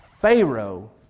Pharaoh